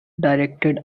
directed